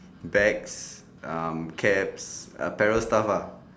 bags um caps apparel stuff uh